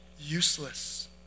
useless